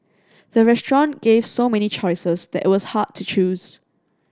the restaurant gave so many choices that it was hard to choose